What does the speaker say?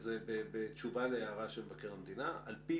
וזה בתשובה להערה של מבקר המדינה על פי